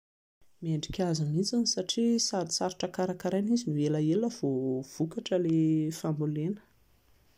Mendrika azy mihintsy satria sady sarotra karakaraina izy no elaela vao vokatra ilay fambolena